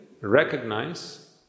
recognize